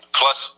plus